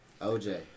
OJ